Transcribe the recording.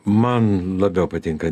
man labiau patinka